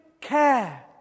care